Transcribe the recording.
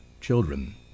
children